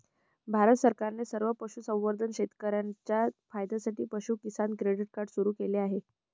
भारत सरकारने सर्व पशुसंवर्धन शेतकर्यांच्या फायद्यासाठी पशु किसान क्रेडिट कार्ड सुरू केले